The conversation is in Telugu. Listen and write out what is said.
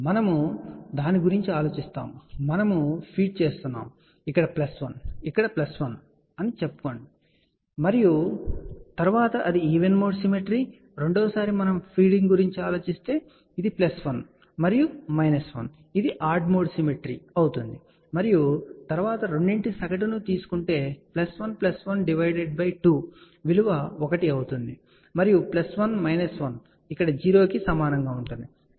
ఇప్పుడు మనము దాని గురించి ఆలోచిస్తాము మనము ఫీడ్ చేస్తున్నాము ఇక్కడ ప్లస్ 1 ఇక్కడ ప్లస్ 1 అని చెప్పండి మరియు తరువాత అది ఈవెన్ మోడ్ సిమెట్రీ రెండవ సారి మనం ఫీడింగ్ గురించి ఆలోచిస్తే ఇది ప్లస్ 1 మరియు మైనస్ 1 ఇది ఆడ్ మోడ్ సిమెట్రీ అవుతుంది మరియు తరువాత రెండింటి సగటును తీసుకుంటే ప్లస్ 1 ప్లస్ 1 డివైడెడ్ బై 2 విలువ 1 అవుతుంది మరియు ప్లస్ 1 మైనస్ 1 ఇక్కడ 0 కి సమానంగా ఉంటుంది